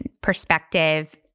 perspective